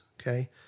okay